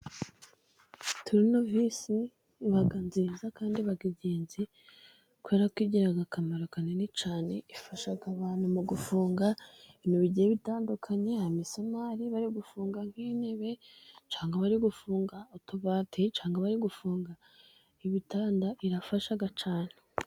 Turunovisi iba nziza ,kandi iba ingenzi ,kubera ko igira akamaro kanini cyane, ifasha abantu mu gufunga ibintu bigiye bitandukanye, hari: imisumari bari gufunga nk'intebe ,cyangwa bari gufunga utubati ,cyangwa bari gufunga ibitanda, irafasha cyane.